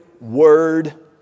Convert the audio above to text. word